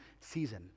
season